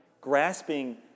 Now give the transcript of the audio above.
grasping